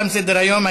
סדר-היום.